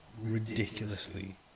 ridiculously